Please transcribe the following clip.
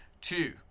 Two